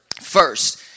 first